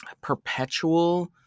perpetual